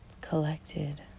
collected